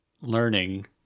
learning